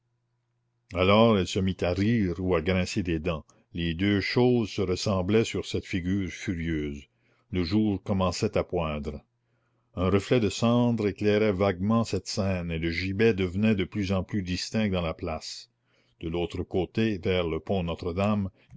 alors elle se mit à rire ou à grincer des dents les deux choses se ressemblaient sur cette figure furieuse le jour commençait à poindre un reflet de cendre éclairait vaguement cette scène et le gibet devenait de plus en plus distinct dans la place de l'autre côté vers le pont notre-dame